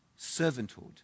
servanthood